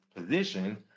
position